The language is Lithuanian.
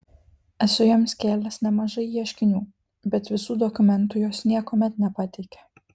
esu joms kėlęs nemažai ieškinių bet visų dokumentų jos niekuomet nepateikia